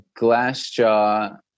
Glassjaw